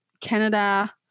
Canada